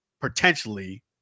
potentially